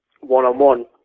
one-on-one